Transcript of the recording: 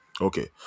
Okay